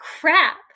crap